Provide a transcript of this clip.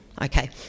Okay